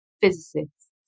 physicists